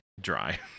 dry